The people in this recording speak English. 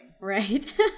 Right